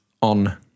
on